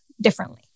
differently